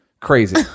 Crazy